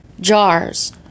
jars